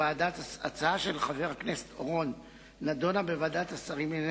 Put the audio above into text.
ההצעה של חבר הכנסת אורון נדונה בוועדת השרים לענייני